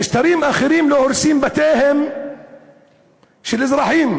במשטרים אחרים לא הורסים את בתיהם של אזרחים.